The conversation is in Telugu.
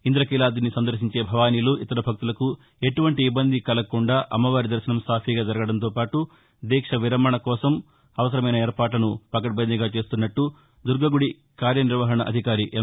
ఇంద్రకీలాదిని సందర్శించే భవానీలు ఇతర భక్తులకు ఎటువంటి ఇబ్బంది కలగకుండా అమ్మవారి దర్శనం సాఫీగా జరగడంతో పాటు దీక్ష విరమణ కోసం అవసరమైన ఏర్పాట్లను పకడ్బందీగా చేస్తున్నట్లు దుర్గగుడి కార్యనిర్వాహణ అధికాకారి ఎం